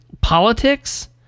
politics